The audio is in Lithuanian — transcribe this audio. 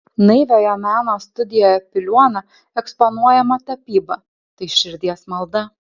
naiviojo meno studijoje piliuona eksponuojama tapyba tai širdies malda